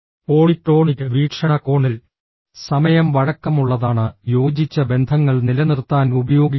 polychronic വീക്ഷണകോണിൽ സമയം വഴക്കമുള്ളതാണ് യോജിച്ച ബന്ധങ്ങൾ നിലനിർത്താൻ ഉപയോഗിക്കുന്നു